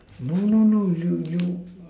no no no you you